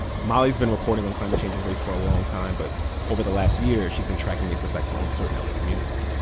molly has been reporting on climate change and race for a long time. but over the last year, she's been tracking its effects on certain la like communities